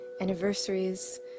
anniversaries